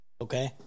Okay